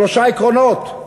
שלושה עקרונות: